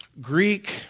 Greek